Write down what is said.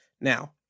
Now